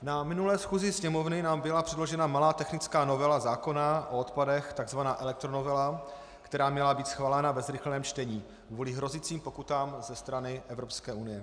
Na minulé schůzi Sněmovny nám byla předložena malá technická novela zákona o odpadech, takzvaná elektronovela, která měla být schválena ve zrychleném čtení kvůli hrozícím pokutám ze strany Evropské unie.